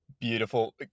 Beautiful